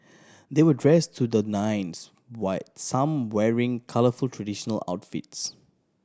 they were dressed to the nines white some wearing colourful traditional outfits